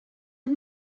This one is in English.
him